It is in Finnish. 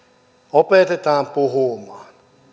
opetetaan puhumaan